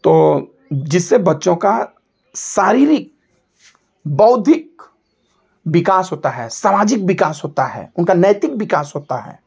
तो जिससे बच्चों का शारीरिक बौद्धिक विकास होता है सामाजिक विकास होता है उनका नैतिक विकास होता है